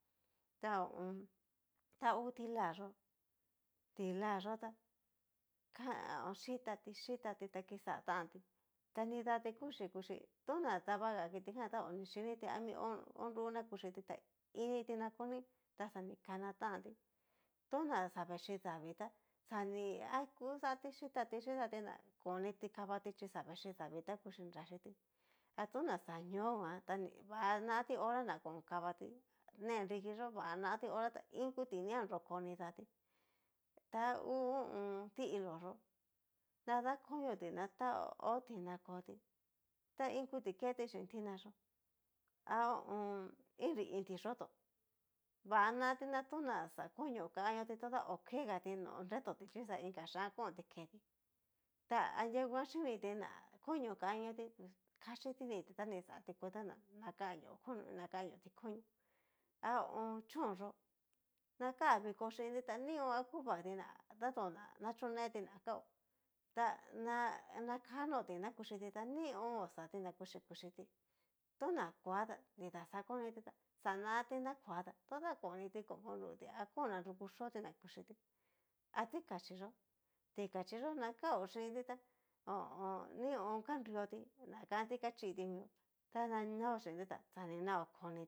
Ta ho o on. ta ngu ti'la yó ti'la yó tá kaa xhitati xhitati ta kixá tanti, nidati kuxí kuxí tona dabaga kitijan ta onixhiniti ami onru na kuchiti ta iin ni ti na koni ta xa ni kana tantí, tona xa vexhi davii ta xani ha kuxati xhitati xhitatí ná koniti kavati chí xa vechíi davii, ta kuxhí nrayiti, a toná xa ñó'o nguan ta ni va natí hora na kon kavatí ne nrikiyó va natí hora ta iin kuti ni a nroko nidatí, ta ngu ho o on. ti'ilo yó, nadakonio tí na ta hó tina koti, ta iin kuti keti xhin tina yó a ho o on. inri iin tiyoto va nati na to'ña xa konio kanioti tá hokegati no nretotí chí xa inka yián konti ketí, ta anria nguan chini tí na konio kaniotí kaxi diniti na ni xatí cuenta ná lña kaniotí konío ha ho o on. chón yó na kan viko chinti ta nion ha nachokuinti na tatón na nachoneti na kaó ta na kanoti na kuchiti ta nión oxati na kuxhi kuxhití tona koa ta ni daxakoniti tá xanatí na koá tá toda kon niti kon konruti a kon nanruku xoti na kuchiti a tikachi yó tikachí yó na kao xhinti tá nion kanrioti nakanti kachiti mió ta na naó xhinti tá xa ni na oko nití.